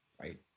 right